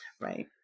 Right